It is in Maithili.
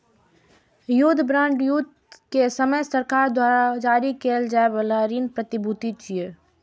युद्ध बांड युद्ध के समय सरकार द्वारा जारी कैल जाइ बला ऋण प्रतिभूति छियै